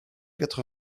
quatre